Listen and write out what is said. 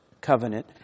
covenant